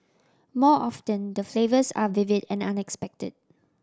more often the flavours are vivid and unexpected